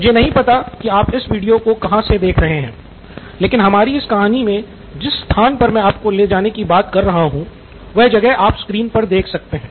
मुझे नहीं पता कि आप इस वीडियो को कहाँ से देख रहे हैं लेकिन हमारी इस कहानी मे जिस स्थान पर मैं आपको ले जाने कि बात कर रहा हूँ वो जगह आप अपनी स्क्रीन पर देख सकते है